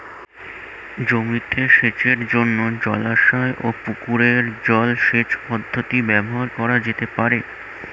জমিতে সেচের জন্য জলাশয় ও পুকুরের জল সেচ পদ্ধতি ব্যবহার করা যেতে পারে?